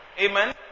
Amen